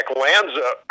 Lanza